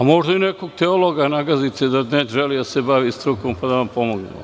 Možda i nekog teologa nagazite da ne želi da se bavi strukom, pa da vam pomogne.